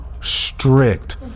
strict